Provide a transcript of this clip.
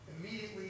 Immediately